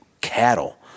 cattle